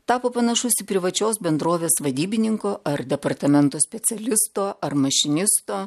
tapo panašus į privačios bendrovės vadybininko ar departamento specialisto ar mašinisto